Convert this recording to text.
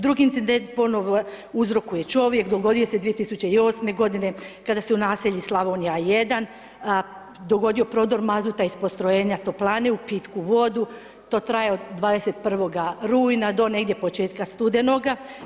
Drugi incident, ponovno uzrokuje čovjek, dogodio se 2008. g. kada se u naselju Slavonija 1 dogodio prodor mazuta iz postrojenja toplane u pitku vodu, to traje od 21. rujna, do negdje početka studenoga.